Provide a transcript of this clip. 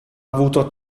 avuto